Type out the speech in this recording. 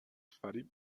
فریب